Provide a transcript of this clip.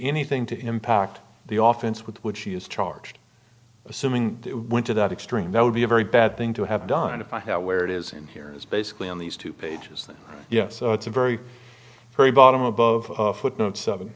anything to impact the office with which she is charged assuming it went to that extreme that would be a very bad thing to have done if i had where it is in here is basically on these two pages that yes it's a very very bottom above footnote seven